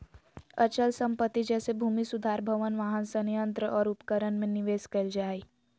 अचल संपत्ति जैसे भूमि सुधार भवन, वाहन, संयंत्र और उपकरण में निवेश कइल जा हइ